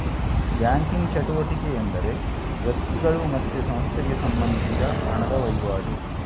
banking ಚಟುವಟಿಕೆ ಎಂದರೆ ವ್ಯಕ್ತಿಗಳು ಮತ್ತೆ ಸಂಸ್ಥೆಗೆ ಸಂಬಂಧಿಸಿದ ಹಣದ ವೈವಾಟು